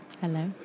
Hello